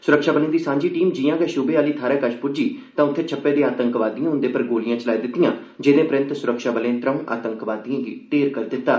सुरक्षाबलें दी सांझी टीम जिआं गै शूबे आहले थाहरै कश पुज्जी तां उत्थे छप्पे दे आतंकवादिएं उंदे पर गोलियां चलाई दित्तिआं जेहदे परैन्त सुरक्षाबले त्रीं आतंकवादिएं गी ढेर करी दित्ता